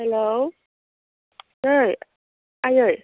hello ओइ आइयै